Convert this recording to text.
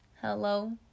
hello